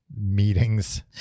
meetings